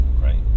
right